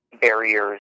barriers